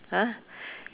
!huh!